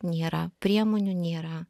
nėra priemonių nėra